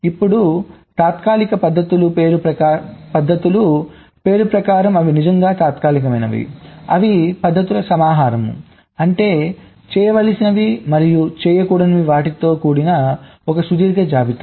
ఇప్పుడు తాత్కాలిక పద్ధతులు పేరు ప్రకారం అవి నిజంగా తాత్కాలికమైనవి అవి పద్ధతుల సమాహారం అంటే చేయవలసినవి మరియు చేయకూడని వాటితో కూడిన ఒక సుదీర్ఘ జాబితా